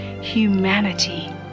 humanity